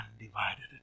undivided